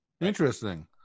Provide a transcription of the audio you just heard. Interesting